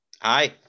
Hi